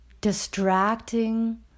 distracting